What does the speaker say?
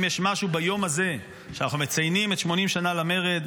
אם יש משהו ביום הזה שבו אנחנו מציינים את 80 שנה למרד,